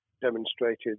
demonstrated